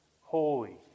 holy